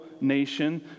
nation